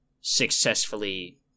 successfully